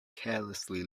carelessly